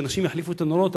שאנשים יחליפו את הנורות.